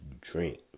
drink